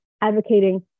advocating